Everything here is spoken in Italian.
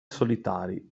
solitari